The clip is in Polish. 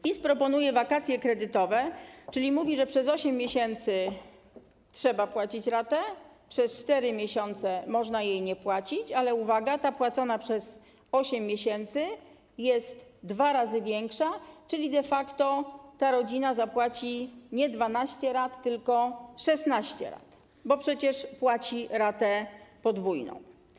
PiS proponuje wakacje kredytowe, czyli mówi, że przez 8 miesięcy trzeba płacić ratę, przez 4 miesiące można jej nie płacić, ale uwaga, ta płacona przez 8 miesięcy jest dwa razy większa, czyli de facto ta rodzina zapłaci nie 12 rat, tylko 16 rat, bo przecież płaci ratę podwójną.